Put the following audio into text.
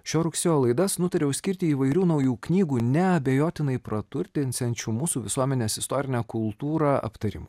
šio rugsėjo laidas nutariau skirti įvairių naujų knygų neabejotinai praturtinsiančių mūsų visuomenės istorinę kultūrą aptarimui